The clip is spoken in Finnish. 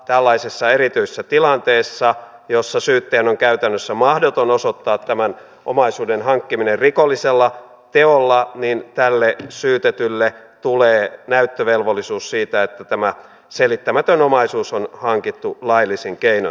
tällaisessa erityisessä tilanteessa jossa syyttäjän on käytännössä mahdotonta osoittaa tämä omaisuuden hankkiminen rikollisella teolla tälle syytetylle tulee näyttövelvollisuus siitä että tämä selittämätön omaisuus on hankittu laillisin keinoin